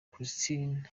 christine